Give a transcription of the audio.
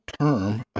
term